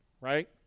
right